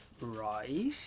Right